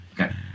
Okay